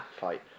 fight